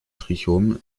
trichomen